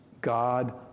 God